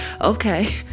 Okay